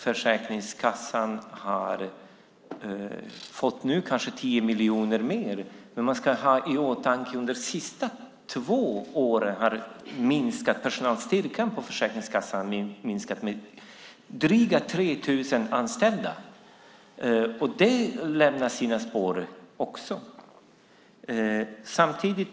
Försäkringskassan har kanske fått 10 miljoner mer, men man ska ha i åtanke att under de senaste två åren har personalstyrkan på Försäkringskassan minskat med drygt 3 000 anställda. Det lämnar också sina spår.